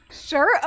Sure